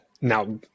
now